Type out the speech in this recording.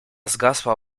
zgasła